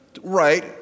right